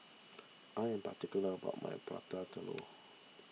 I am particular about my Prata Telur